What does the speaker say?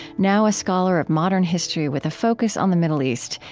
now a scholar of modern history with a focus on the middle east,